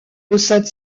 possède